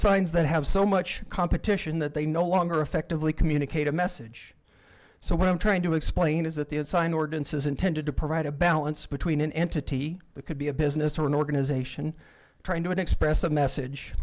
signs that have so much competition that they no longer effectively communicate a message so what i'm trying to explain is that the sign ordinance is intended to provide a balance between an entity that could be a business or an organization trying to express a message